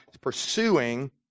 pursuing